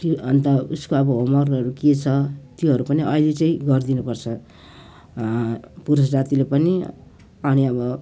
फेरि अन्त उसको अब होमवर्कहरू के छ त्योहरू पनि अहिले चाहिँ गरिदिनु पर्छ पुरुष जातिले पनि अनि अब